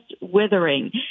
withering